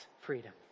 freedom